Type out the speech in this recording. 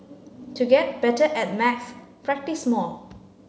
to get better at maths practise more